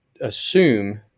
assume